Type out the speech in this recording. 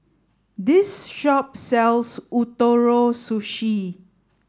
this shop sells Ootoro Sushi